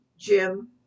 Jim